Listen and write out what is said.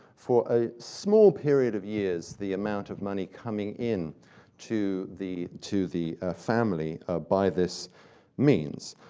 for a small period of years, the amount of money coming in to the to the family by this means.